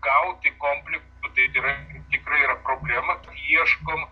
gauti komplektų tai yra tikrai yra problema ieškom